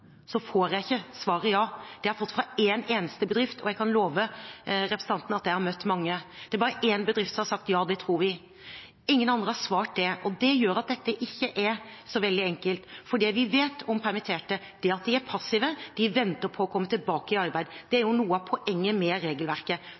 får jeg ikke svaret ja. Det har jeg fått fra en eneste bedrift, og jeg kan love representanten at jeg har møtt mange. Det er bare én bedrift som har sagt: Ja, det tror vi. Ingen andre har svart det. Det gjør at dette ikke er så veldig enkelt, for det vi vet om permitterte, er at de er passive, de venter på å komme tilbake i arbeid. Det er